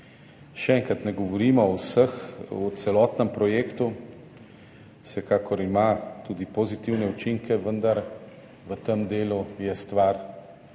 Še enkrat, ne govorimo o celotnem projektu, vsekakor ima tudi pozitivne učinke, vendar v tem delu je stvar